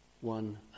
one